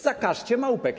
Zakażcie małpek.